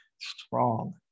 strong